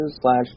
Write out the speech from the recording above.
slash